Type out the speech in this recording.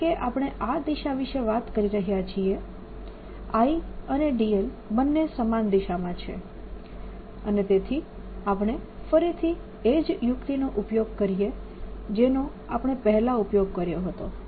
અને કારણકે આપણે આ દિશા વિશે વાત કરી રહ્યા છીએ I અને dl બંને સમાન દિશામાં છે અને તેથી આપણે ફરીથી એ જ યુક્તિનો ઉપયોગ કરીએ જેનો આપણે પહેલાં ઉપયોગ કર્યો હતો